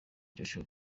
joshua